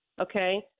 Okay